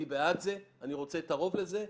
אני בעד זה ואני רוצה את הרוב לזה,